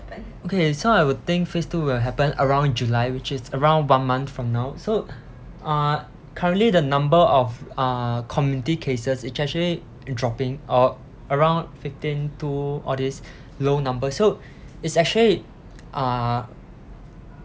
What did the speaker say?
okay so I would think phase two will happen around july which is around one month from now so uh currently the number of uh community cases it's actually dropping or around fifteen two all this low numbers so it's actually uh